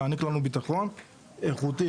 להעניק לנו ביטחון איכותי